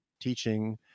teaching